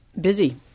Busy